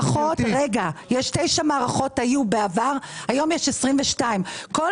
היו בעבר 9 מערכות והיום יש 22. כל